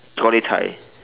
truly tie